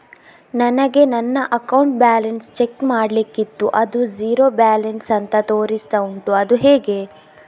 ನನಗೆ ನನ್ನ account balance check ಮಾಡ್ಲಿಕ್ಕಿತ್ತು ಅದು ಝೀರೋ ಬ್ಯಾಲೆನ್ಸ್ ಅಂತ ತೋರಿಸ್ತಾ ಉಂಟು ಅದು ಹೇಗೆ?